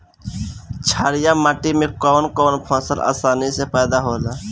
छारिया माटी मे कवन कवन फसल आसानी से पैदा होला?